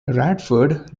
radford